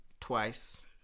twice